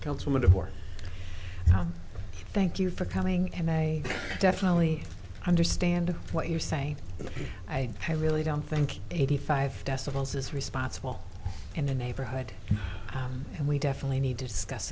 from a divorce thank you for coming and i definitely understand what you're saying and i really don't think eighty five decibels is responsible in the neighborhood and we definitely need to discuss